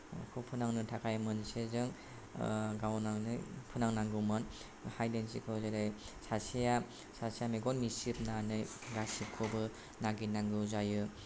माखौ फोनांनो थाखाय मोनसे जों गावनानै फोनांनांगौमोन हायद एन्द सिकखौ जेरै सासेया सासेया मेगन मिसिबनानै गासिबखौबो नागिरनांगौ जायो